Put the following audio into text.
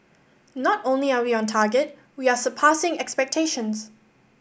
not only are we on target we are surpassing expectations